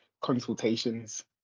consultations